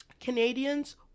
Canadians